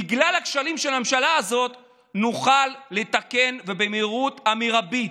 בגלל הכשלים של הממשלה הזאת נוכל לתקן ובמהירות המרבית.